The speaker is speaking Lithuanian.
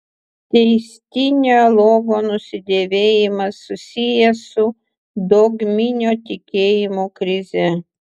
teistinio logo nusidėvėjimas susijęs su dogminio tikėjimo krize